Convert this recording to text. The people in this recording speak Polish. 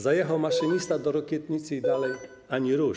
Zajechał maszynista do Rokietnicy i dalej ani rusz.